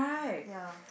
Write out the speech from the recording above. ya